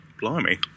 Blimey